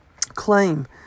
claim